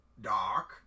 Doc